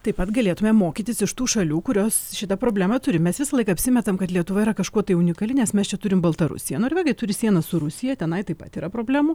taip pat galėtumėm mokytis iš tų šalių kurios šitą problemą turi mes visąlaik apsimetam kad lietuva yra kažkuo tai unikali nes mes čia turim baltarusiją norvegai turi sieną su rusija tenai taip pat yra problemų